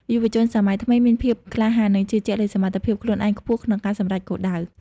យុវជនសម័យថ្មីមានភាពក្លាហាន និងជឿជាក់លើសមត្ថភាពខ្លួនឯងខ្ពស់ក្នុងការសម្រេចគោលដៅ។